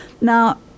Now